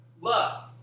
love